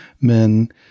men